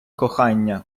кохання